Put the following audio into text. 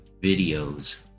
videos